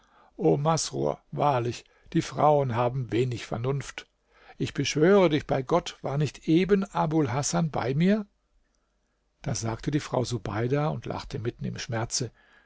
masrur wahrlich die frauen haben wenig vernunft ich beschwöre dich bei gott war nicht eben abul hasan bei mir da sagte die frau subeida und lachte mitten im schmerze